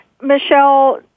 Michelle